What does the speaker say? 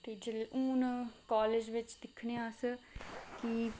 ते हून कॉलेज बिच दिक्खनेआं अस कि